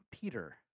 Peter